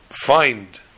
find